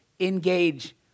engage